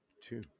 two